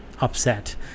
upset